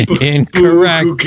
Incorrect